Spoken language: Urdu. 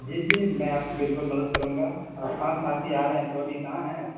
جی جی میں آپ کی بالکل مدد کروں گا آپ پانچ ساتھی آ رہے ہیں تو ابھی کہاں ہیں آپ